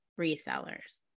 resellers